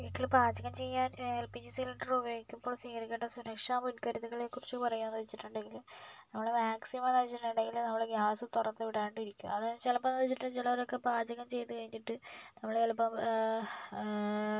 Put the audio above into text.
വീട്ടിൽ പാചകം ചെയ്യാൻ എൽ പി ജി സിലിണ്ടർ ഉപയോഗിക്കുമ്പോൾ സ്വീകരിക്കേണ്ട സുരക്ഷാ മുൻകരുതലുകളെ കുറിച്ച് പറയുകയെന്ന് വെച്ചിട്ടുണ്ടെങ്കിൽ നമ്മൾ മാക്സിമം എന്താ എന്ന് വെച്ചിട്ടുണ്ടെങ്കിൽ നമ്മൾ ഗ്യാസ് തുറന്ന് വിടാണ്ട് ഇരിക്കുക അതായത് ചിലപ്പം ചിലരൊക്കെ പാചകം ചെയ്തു കഴിഞ്ഞിട്ട് നമ്മൾ ചിലപ്പം